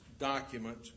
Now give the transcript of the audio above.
document